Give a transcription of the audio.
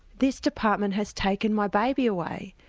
this department has taken my baby away,